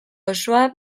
osoa